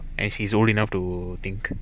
and she's old enough to think